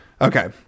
Okay